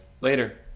later